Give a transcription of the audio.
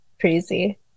crazy